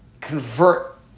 convert